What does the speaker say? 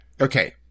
Okay